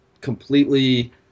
completely